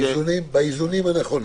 באיזונים הנכונים.